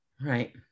Right